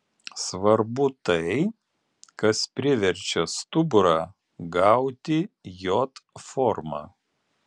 svarbu tai kas priverčia stuburą gauti j formą